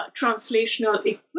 translational